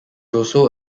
also